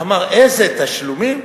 אמר: איזה תשלומים?